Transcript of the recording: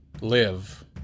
live